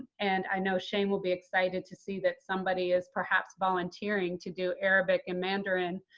and i know shane will be excited to see that somebody is perhaps volunteering to do arabic and mandarin,